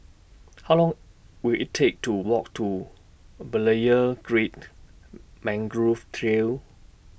How Long Will IT Take to Walk to Berlayer Creek Mangrove Trail